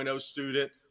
student